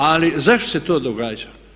Ali zašto se to događa?